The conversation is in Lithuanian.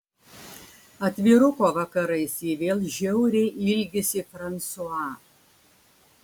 atviruko vakarais ji vėl žiauriai ilgisi fransua